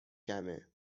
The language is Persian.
کمه